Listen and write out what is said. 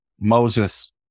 Moses